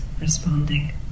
responding